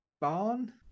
barn